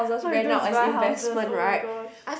all you do is buy houses oh-my-gosh